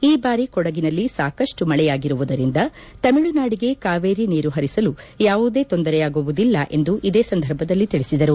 ಈ ಬಾರಿ ಕೊಡಗಿನಲ್ಲಿ ಸಾಕಷ್ಟು ಮಳೆಯಾಗಿರುವುದರಿಂದ ತಮಿಳುನಾಡಿಗೆ ಕಾವೇರಿ ನೀರು ಪರಿಸಲು ಯಾವುದೇ ತೊಂದರೆಯಾಗುವುದಿಲ್ಲ ಎಂದು ಇದೇ ಸಂದರ್ಭದಲ್ಲಿ ತಿಳಿಸಿದರು